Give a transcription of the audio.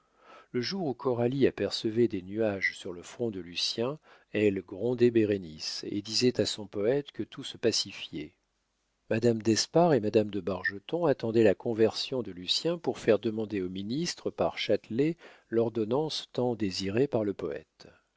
le jour où coralie apercevait des nuages sur le front de lucien elle grondait bérénice et disait à son poète que tout se pacifiait madame d'espard et madame de bargeton attendaient la conversation de lucien pour faire demander au ministre par châtelet l'ordonnance tant désirée par le poète